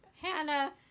Hannah